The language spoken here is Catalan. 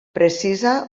precisa